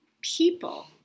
people